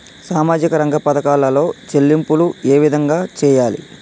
సామాజిక రంగ పథకాలలో చెల్లింపులు ఏ విధంగా చేయాలి?